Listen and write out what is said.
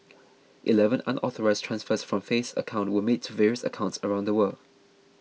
eleven unauthorised transfers from Faith's account were made to various accounts around the world